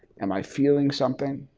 am i feeling something?